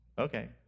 Okay